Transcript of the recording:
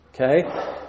Okay